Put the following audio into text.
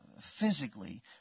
physically